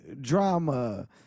drama